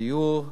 הדיור,